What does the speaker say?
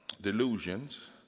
delusions